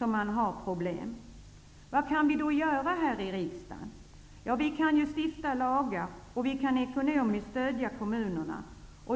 har man problem. Vad kan vi då göra här i riksdagen? Ja, vi kan ju stifta lagar, och vi kan ekonomiskt stödja kommunerna.